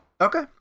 Okay